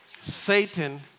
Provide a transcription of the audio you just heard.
Satan